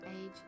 age